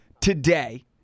today